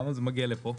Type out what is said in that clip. למה זה מגיע לפה?